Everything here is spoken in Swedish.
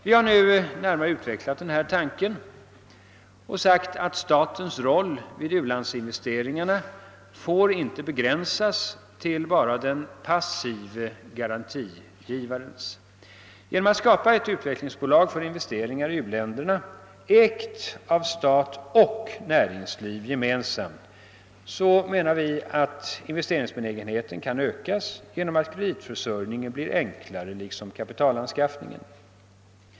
Vi har nu närmare utvecklat denna tanke och sagt, att statens roll vid ulandsinvesteringarna inte får begränsas till bara den passive garantigivarens. Genom att skapa ett utvecklingsbolag för investeringar i u-länderna, ägt av stat och näringsliv gemensamt, menar vi att investeringsbenägenheten kan öka genom att kreditförsörjningen blir enklare liksom kapitalanskaffningen.